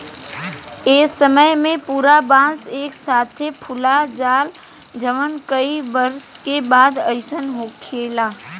ए समय में पूरा बांस एक साथे फुला जाला जवन कई बरस के बाद अईसन होखेला